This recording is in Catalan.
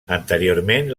anteriorment